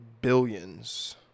billions